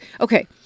okay